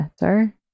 better